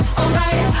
alright